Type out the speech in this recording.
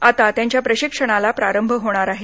आता त्यांच्या प्रशिक्षणाला प्रारंभ होणार आहे